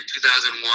2001